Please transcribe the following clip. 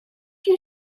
you